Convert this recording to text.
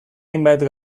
hainbat